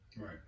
Right